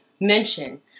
mention